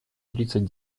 тридцать